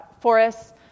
forests